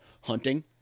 hunting